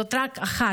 זאת רק אחת